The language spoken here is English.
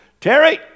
Terry